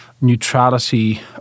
neutrality